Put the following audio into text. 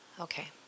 Okay